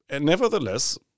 nevertheless